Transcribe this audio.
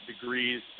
degrees